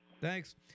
Thanks